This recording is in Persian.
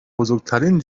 بزرگترین